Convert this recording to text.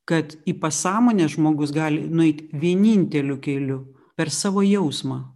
kad į pasąmonę žmogus gali nueit vieninteliu keliu per savo jausmą